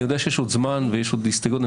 אני יודע שיש עוד זמן ויש עוד הסתייגויות.